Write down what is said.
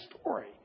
story